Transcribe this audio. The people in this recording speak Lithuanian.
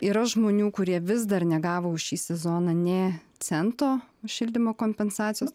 yra žmonių kurie vis dar negavo už šį sezoną nė cento šildymo kompensacijos